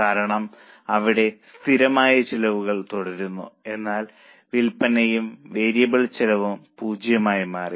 കാരണം അവിടെ സ്ഥിരമായ ചെലവുകൾ തുടരുന്നു എന്നാൽ വിൽപ്പനയും വേരിയബിൾ ചെലവും 0 ആയി മാറി